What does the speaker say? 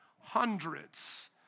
Hundreds